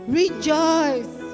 rejoice